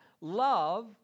Love